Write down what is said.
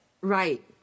Right